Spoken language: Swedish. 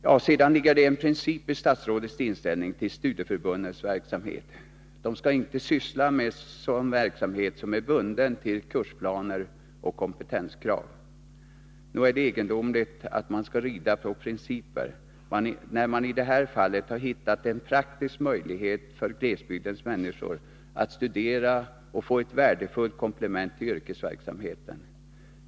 Statsrådets inställning till studieförbundens verksamhet grundar sig på en princip: studieförbunden skall inte syssla med sådan verksamhet som är bunden till kursplaner och kompetenskrav. Nog är det egendomligt att regeringen skall rida på principer, när man i detta fall har hittat en praktisk möjlighet för glesbygdens människor att studera och få ett värdefullt komplement till yrkesverksamheten.